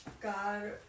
God